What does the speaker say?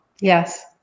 Yes